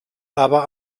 aber